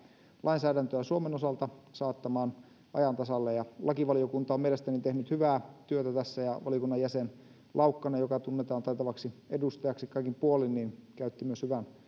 lainsäädäntöä suomen osalta saattamaan ajan tasalle lakivaliokunta on mielestäni tehnyt hyvää työtä tässä ja valiokunnan jäsen laukkanen joka tunnetaan taitavaksi edustajaksi kaikin puolin käytti myös hyvän